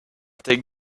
take